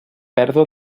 pèrdua